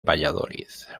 valladolid